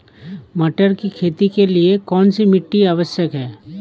मटर की खेती के लिए कौन सी मिट्टी आवश्यक है?